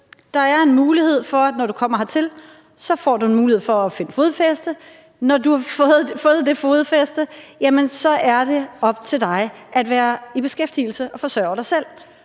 det om og siger: Når du kommer hertil, får du en mulighed for at finde fodfæste, og når du har fundet det fodfæste, er det op til dig at være i beskæftigelse og forsørge dig selv.